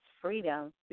Freedom